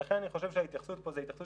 ולכן אני חושב שההתייחסות פה זה התייחסות